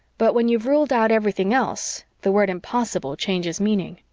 but when you've ruled out everything else, the word impossible changes meaning.